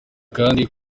kandi